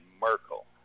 Merkel